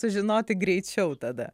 sužinoti greičiau tada